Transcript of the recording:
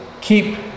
keep